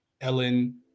Ellen